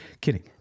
kidding